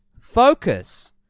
focus